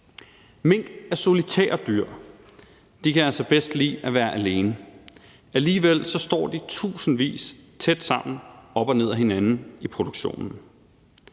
Mink er solitære dyr. De kan altså bedst lide at være alene. Alligevel står de tusindvis tæt sammen, op og ned ad hinanden i produktionen.